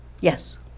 Yes